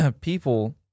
people